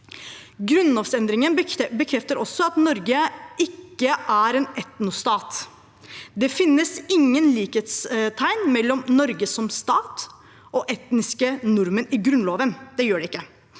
Grunnlovsendringen bekrefter også at Norge ikke er en etnostat. Det finnes ingen likhetstegn mellom Norge som stat og etniske nordmenn i Grunnloven.